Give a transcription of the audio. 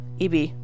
eb